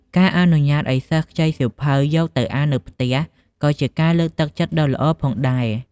ការអនុញ្ញាតឱ្យសិស្សខ្ចីសៀវភៅយកទៅអាននៅផ្ទះ ក៏ជាការលើកទឹកចិត្តដ៏ល្អផងដែរ។